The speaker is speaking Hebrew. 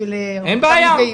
בשביל אותם נפגעים.